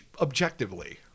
objectively